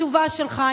התשובה שלך,